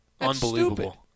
Unbelievable